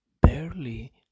barely